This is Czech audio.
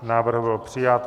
Návrh byl přijat.